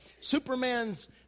Superman's